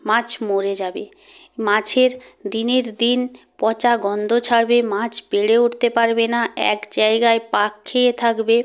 মাছ মরে যাবে মাছের দিনের দিন পচা গন্ধ ছাড়বে মাছ পেরে উঠতে পারবে না এক জায়গায় পাক খেয়ে থাকবে